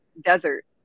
desert